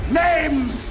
names